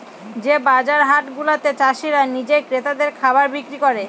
যে বাজার হাট গুলাতে চাষীরা নিজে ক্রেতাদের খাবার বিক্রি করে